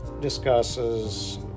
discusses